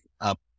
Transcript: up